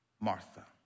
Martha